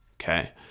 okay